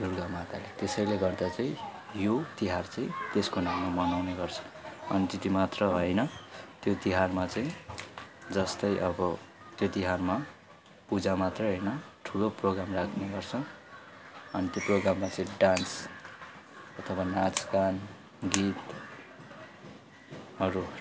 दुर्गामाताले त्यसैले गर्दा चाहिँ यो तिहार चाहिँ त्यसको नाममा मनाउने गर्छ अनि त्यति मात्र होइन त्यो तिहारमा चाहिँ जस्तै अब त्यो तिहारमा पूजा मात्रै होइन ठुलो प्रोग्राम राख्ने गर्छ अनि त्यो प्रोग्राममा चाहिँ डान्स अथवा नाच गान गीतहरू